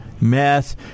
meth